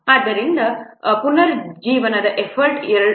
ಆದ್ದರಿಂದ ಪುನರುಜ್ಜೀವನದ ಎಫರ್ಟ್ 26